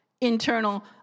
internal